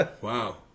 Wow